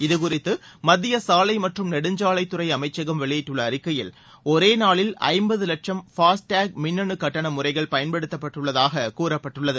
இதுகுறித்துமத்தியசாலைமற்றும் நெடுஞ்சாலைத்துறைஅமைச்சகம் வெளியிட்டுள்ளஅறிக்கையில் ஒரேநாளில் ஐம்பதுலட்சம் ஃபாஸ்ட்டேக் மின்னனுகட்டணமுறைகள் பயன்படுத்தப்பட்டுள்ளதாககூறப்பட்டுள்ளது